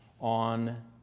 on